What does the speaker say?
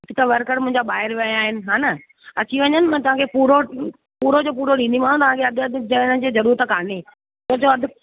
हिक त वर्कर मुंहिंजा ॿाहिरि विया आहिनि हा न अची वञनि मां तव्हांखे पूरो पूरो जो पूरो ॾींदीमाव तव्हांखे अधि अधि चवण जी जरुरत कोन्हे छो जो अधि